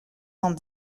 cent